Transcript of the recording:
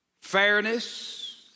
fairness